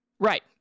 Right